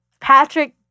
Patrick